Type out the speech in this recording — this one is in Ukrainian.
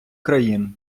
країн